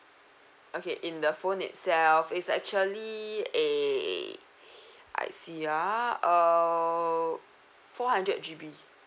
okay in the phone itself is actually eh I see ah err four hundred G_B